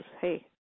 Hey